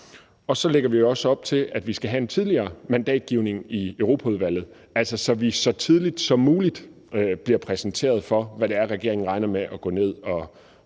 og så lægger vi jo også op til, at vi skal have en tidligere mandatgivning i Europaudvalget, så vi så tidligt som muligt bliver præsenteret for, hvad det er, regeringen regner med at gå ned og